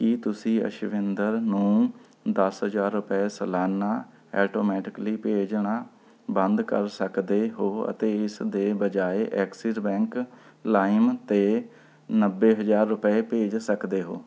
ਕੀ ਤੁਸੀਂ ਐਸ਼ਵਿੰਦਰ ਨੂੰ ਦਸ ਹਜ਼ਾਰ ਰੁਪਏ ਸਾਲਾਨਾ ਐਟੋਮੈਟਿਕਲੀ ਭੇਜਣਾ ਬੰਦ ਕਰ ਸਕਦੇ ਹੋ ਅਤੇ ਇਸ ਦੇ ਬਜਾਏ ਐਕਸਿਸ ਬੈਂਕ ਲਾਈਮ 'ਤੇ ਨੱਬੇ ਹਜ਼ਾਰ ਰੁਪਏ ਭੇਜ ਸਕਦੇ ਹੋ